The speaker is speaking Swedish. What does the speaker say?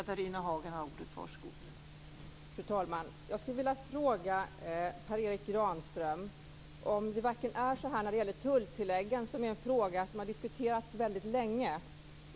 Fru talman! Jag vill fråga Per Erik Granström om tulltilläggen som har diskuterats länge.